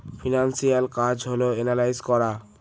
financial কাজ হল analyse করা